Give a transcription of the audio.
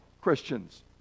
christians